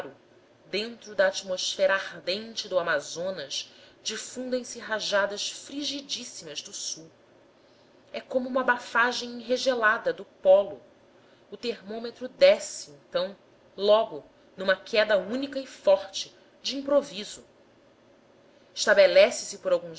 dentro da atmosfera ardente do amazonas difundem se rajadas frigidíssimas do sul é como uma bafagem enregelada do pólo o termômetro desce então logo numa queda única e forte de improviso estabelece se por alguns